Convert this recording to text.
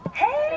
hey,